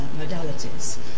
modalities